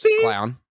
clown